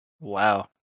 Wow